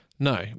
No